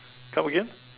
come again